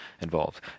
involved